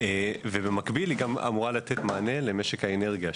ובמקביל היא גם אמורה לתת מענה למשק האנרגיה,